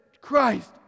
Christ